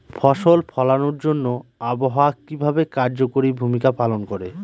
ফসল ফলানোর জন্য আবহাওয়া কিভাবে কার্যকরী ভূমিকা পালন করে?